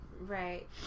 Right